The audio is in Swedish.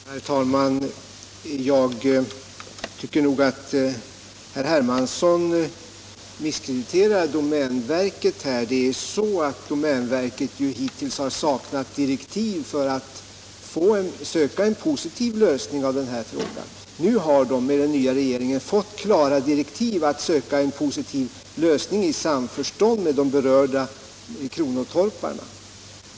Herr talman! Jag tycker nog att herr Hermansson nu misskrediterar domänverket. Hittills har domänverket saknat direktiv för att söka en positiv lösning av den här frågan. Nu har det, med den nya regeringen, fått klara direktiv att göra det i samförstånd med de berörda kronotorparna.